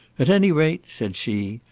at any rate, said she,